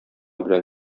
белән